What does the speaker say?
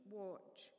watch